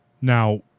Now